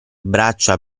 braccia